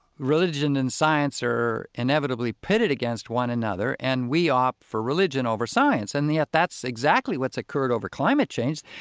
religion and science are inevitably pitted against one another, and we opt for religion over science and yet that's exactly what's occurred over climate change.